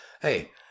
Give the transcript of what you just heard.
Hey